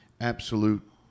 absolute